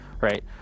right